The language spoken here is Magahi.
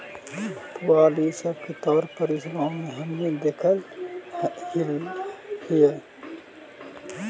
पुआल इ सब के तौर पर इस गाँव में हमनि देखऽ हिअइ